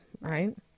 Right